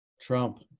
Trump